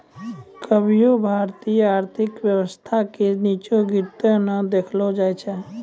कभियो भारतीय आर्थिक व्यवस्था के नींचा गिरते नै देखलो जाय छै